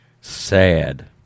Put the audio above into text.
Sad